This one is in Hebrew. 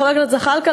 חבר הכנסת זחאלקה,